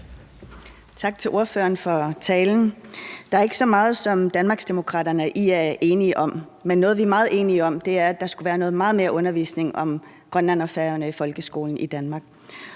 Tak til ordføreren for talen. Der er ikke så meget, som Danmarksdemokraterne og IA er enige om, men noget, vi er meget enige om, er, at der skulle være meget mere undervisning om Grønland og Færøerne i folkeskolen i Danmark.